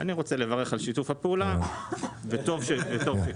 אני רוצה לברך על שיתוף הפעולה, וטוב שכך.